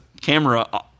camera